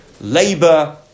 labour